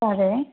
సరే